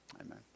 Amen